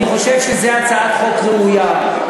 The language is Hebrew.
אני חושב שזאת הצעת חוק ראויה,